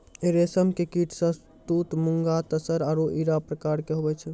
रेशम के कीट शहतूत मूंगा तसर आरु इरा प्रकार के हुवै छै